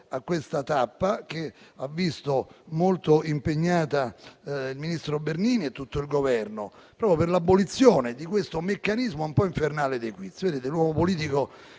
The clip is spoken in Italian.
questa tappa che ha visto molto impegnata il ministro Bernini e tutto il Governo proprio per l'abolizione di questo meccanismo un po' infernale dei quiz. Vedete, l'uomo politico